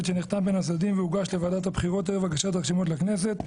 שנחתם בין הצדדים והוגש לוועדת הבחירות ערב הגשת הרשימות לכנסת,